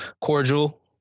cordial